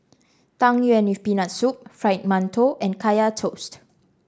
Tang Yuen with Peanut Soup Fried Mantou and Kaya Toast